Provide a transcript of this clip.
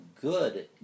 good